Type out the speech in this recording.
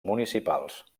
municipals